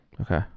Okay